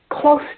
close